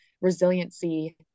resiliency